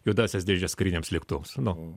juodąsias dėžes kariniams lėktuvams nu